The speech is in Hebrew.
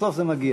בסוף זה מגיע.